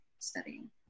Studying